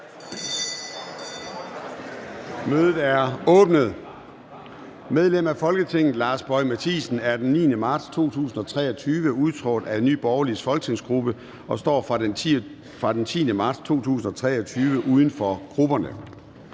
Mødet er åbnet. Medlem af Folketinget Lars Boje Mathiesen er den 9. marts 2023 udtrådt af Nye Borgerliges folketingsgruppe og står fra den 10. marts 2023 uden for grupperne